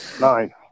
Nine